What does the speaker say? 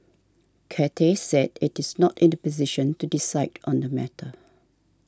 Cathay said it is not in the position to decide on the matter